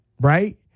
right